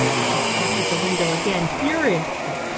she tapped at the window again furiously.